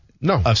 No